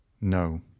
No